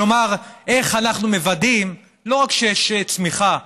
כלומר, איך אנחנו מוודאים לא רק שיש צמיחה,